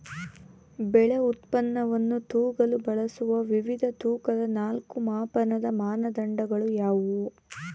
ಬೆಳೆ ಉತ್ಪನ್ನವನ್ನು ತೂಗಲು ಬಳಸುವ ವಿವಿಧ ತೂಕದ ನಾಲ್ಕು ಮಾಪನದ ಮಾನದಂಡಗಳು ಯಾವುವು?